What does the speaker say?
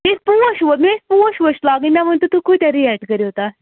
مےٚ ٲسۍ پوش ووش مےٚ ٲسۍ پوش ووش لاگٕنۍ مےٚ ؤنۍ تَو تُہۍ کوٗتاہ ریٹ کٔرِو تَتھ